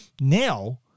Now